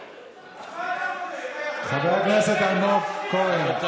חבר הכנסת אלמוג כהן.